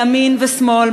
ימין ושמאל,